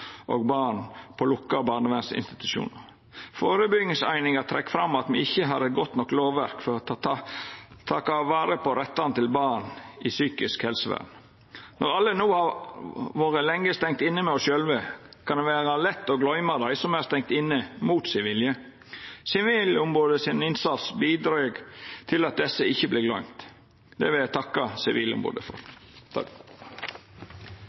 og barn på lukka barnevernsinstitusjonar. Førebyggingseininga trekkjer fram at me ikkje har eit godt nok lovverk for å ta vare på rettane til barn i psykisk helsevern. Når me alle no har vore lenge stengde inne med oss sjølve, kan det vera lett å gløyma dei som er stengde inne mot si vilje. Sivilombodets innsats bidreg til at desse ikkje vert gløymde. Det vil eg takka Sivilombodet for.